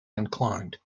inclined